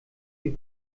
die